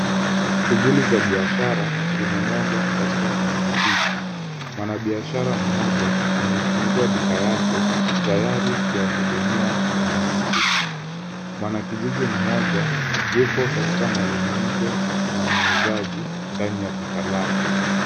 Shughuli za biashara zimenoga katika kijiji hiki. Mwanabiashara mmoja ameifungua duka yake tayari kuwahudumia wananchi. Mwanakijiji mmoja yuko katika mazungumzo na muuzaji ndani ya duka lake.